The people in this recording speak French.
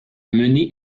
mené